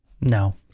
No